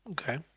Okay